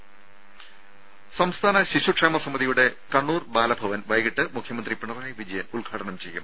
ദ്ദേ സംസ്ഥാന ശിശു ക്ഷേമ സമിതിയുടെ കണ്ണൂർ ബാലഭവൻ വൈകിട്ട് മുഖ്യമന്ത്രി പിണറായി വിജയൻ ഉദ്ഘാടനം ചെയ്യും